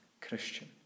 Christian